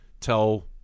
tell